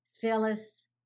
Phyllis